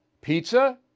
pizza